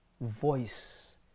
voice